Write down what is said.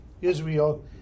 Israel